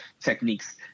techniques